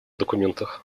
документах